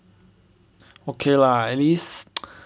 okay lah at least